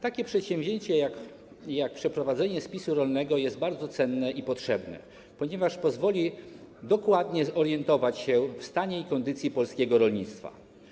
Takie przedsięwzięcie jak przeprowadzenie spisu rolnego jest bardzo cenne i potrzebne, ponieważ pozwoli dokładnie zorientować się w stanie i kondycji polskiego rolnictwa.